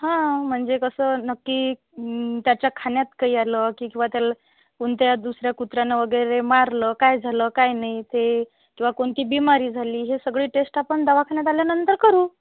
हां म्हणजे कसं नक्की त्याच्या खाण्यात काही आलं की किंवा त्याला कोणत्या दुसऱ्या कुत्र्यानं वगैरे मारलं काय झालं काय नाही ते किंवा कोणती बिमारी झाली हे सगळी टेस्ट आपण दवाखान्यात आल्यानंतर करू